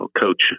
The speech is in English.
coach